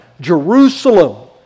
Jerusalem